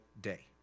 day